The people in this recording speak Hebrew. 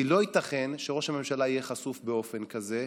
כי לא ייתכן שראש הממשלה יהיה חשוף באופן כזה,